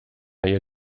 ihr